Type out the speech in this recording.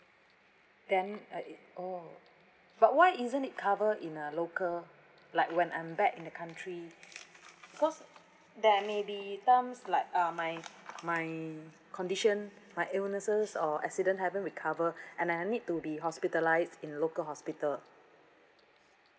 then uh it oh but why isn't it cover in a local like when I'm back in the country cause there may be times like uh my my condition my illnesses or accident haven't recover and I need to be hospitalised in local hospital